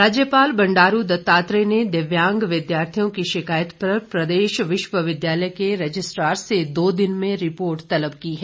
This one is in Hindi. संज्ञान राज्यपाल बंडारू दत्तात्रेय ने दिव्यांग विद्यार्थियों की शिकायत पर प्रदेश विश्वविद्यालय के रजिस्ट्रार से दो दिन में रिपोर्ट तलब की है